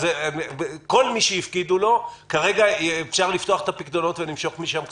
כל מי שהפקידו לו כרגע אפשר לפתוח את הפיקדונות ולמשוך משם כסף?